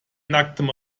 nacktem